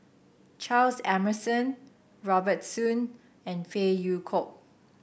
Charles Emmerson Robert Soon and Phey Yew Kok